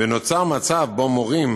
ונוצר מצב שבו מורים,